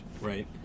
right